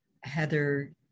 Heather